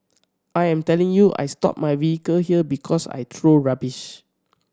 I am telling you I stop my vehicle here because I throw rubbish